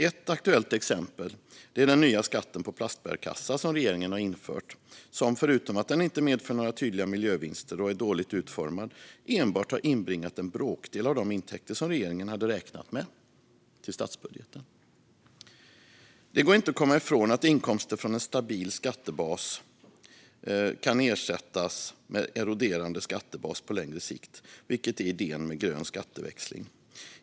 Ett aktuellt exempel är den nya skatten på plastbärkassar som regeringen har infört och som, förutom att den inte medför några tydliga miljövinster och är dåligt utformad, enbart har inbringat en bråkdel av de intäkter som regeringen hade räknat med till statsbudgeten. Det går inte att komma ifrån att inkomster från en stabil skattebas kan ersättas med en eroderande skattebas på längre sikt, vilket är idén med grön skatteväxling.